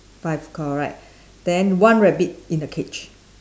five correct then one rabbit in the cage